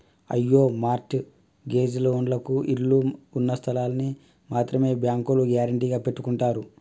అయ్యో mortgage లోన్లకు ఇళ్ళు ఉన్నస్థలాల్ని మాత్రమే బ్యాంకోల్లు గ్యారెంటీగా పెట్టుకుంటారు